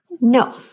No